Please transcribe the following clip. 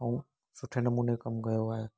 ऐं सुठे नमूने कमु कयो आहे